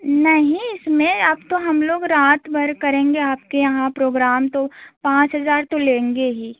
नहीं इसमें अब तो हम लोग रात भर करेंगे आपके यहाँ प्रोग्राम तो पाँच हज़ार तो लेंगे ही